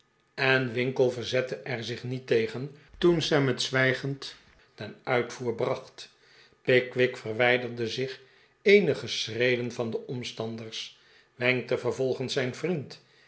en winkle verzette er zich niet tegen toen sam het zwijgend ten uitvoer bracht pickwick verwijderde zich eenige schreden van de omstanders wenkte vervolgens zijn vriend